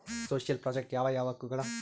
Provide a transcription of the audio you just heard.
Social project ಯಾವ ಯಾವ ಹಕ್ಕುಗಳು ಇವೆ?